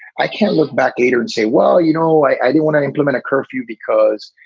i can't look back later and say, well, you know, i don't want to implement a curfew because,